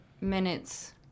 minutes